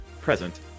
present